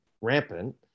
rampant